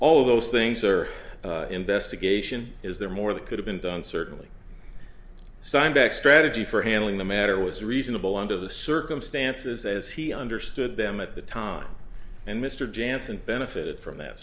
all of those things are investigation is there more that could have been done certainly sign back strategy for handling the matter was reasonable under the circumstances as he understood them at the time and mr jansen benefited from that